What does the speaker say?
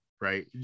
right